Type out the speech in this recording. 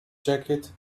jacket